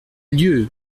lieux